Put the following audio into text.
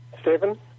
Stephen